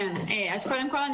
קודם כול,